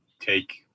take